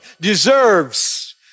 deserves